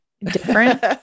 Different